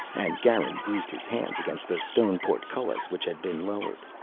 and garin bruised his hands against the stone portcullis which had been lowered.